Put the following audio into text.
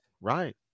Right